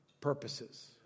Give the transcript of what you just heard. purposes